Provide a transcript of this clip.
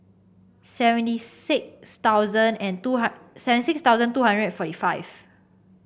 seventy six thousand and two seventy six thousand two hundred and forty five